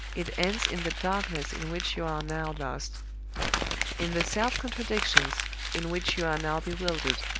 it ends in the darkness in which you are now lost in the self-contradictions in which you are now bewildered